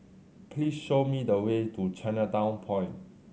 please show me the way to Chinatown Point